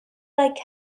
like